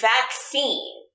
vaccine